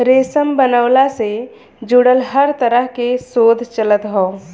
रेशम बनवला से जुड़ल हर तरह के शोध चलत हौ